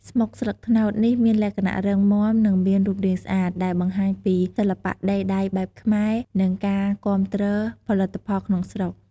ស្មុកស្លឹកត្នោតនេះមានលក្ខណៈរឹងមាំ និងមានរូបរាងស្អាត ដែលបង្ហាញពីសិល្បៈដេរដៃបែបខ្មែរ និងការគាំទ្រផលិតផលក្នុងស្រុក។